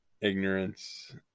ignorance